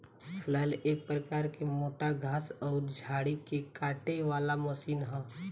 फलैल एक प्रकार के मोटा घास अउरी झाड़ी के काटे वाला मशीन ह